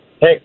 hey